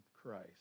Christ